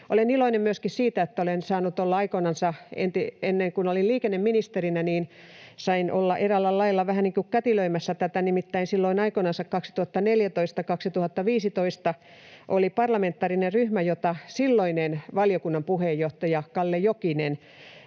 Olen iloinen myöskin siitä, että olen saanut olla aikoinansa, kun olin liikenneministerinä, eräällä lailla vähän niin kuin kätilöimässä tätä. Nimittäin silloin aikoinansa 2014—2015 oli parlamentaarinen ryhmä, jota silloinen valiokunnan puheenjohtaja Kalle Jokinen